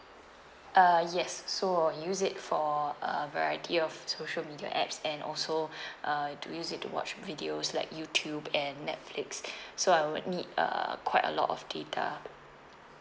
uh yes so I'll use it for a variety of social media apps and also uh to use it to watch videos like youtube and netflix so I would need uh quite a lot of data